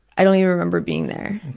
i don't really remember being there.